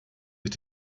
mit